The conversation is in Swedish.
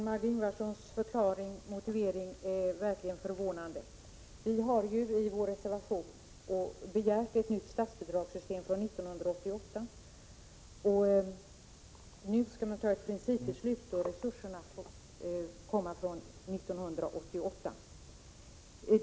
Herr talman! Margö Ingvardssons motivering är verkligen förvånande. Vi har ju i vår reservation begärt ett nytt statsbidragssystem från 1988. Vi vill fatta ett principbeslut om detta nu — resursfrågan blir aktuell 1988.